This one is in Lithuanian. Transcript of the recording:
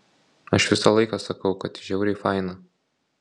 aš visą laiką sakau kad ji žiauriai faina